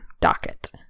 docket